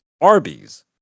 Arby's